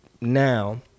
now